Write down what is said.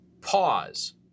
Pause